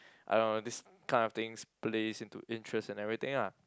I don't know this kind of things plays into interest and everything ah